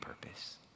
purpose